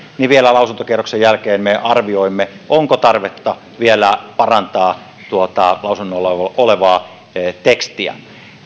niin vielä lausuntokierroksen jälkeen me arvioimme onko tarvetta vielä parantaa tuota lausunnolla olevaa tekstiä